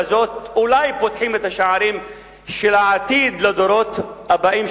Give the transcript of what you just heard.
בזאת אולי פותחים את השערים של העתיד של הדורות הבאים,